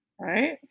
right